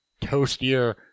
toastier